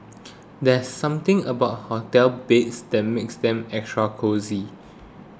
there's something about hotel beds that makes them extra cosy